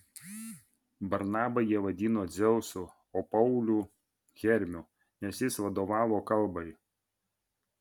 barnabą jie vadino dzeusu o paulių hermiu nes jis vadovavo kalbai